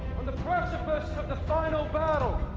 the precipice of the final battle.